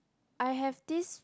I have this